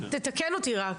תתקן אותי רק.